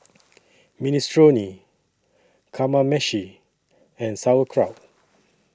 Minestrone Kamameshi and Sauerkraut